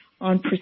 on